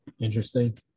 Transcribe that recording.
interesting